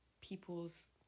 people's